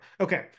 Okay